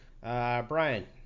Brian